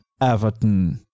Everton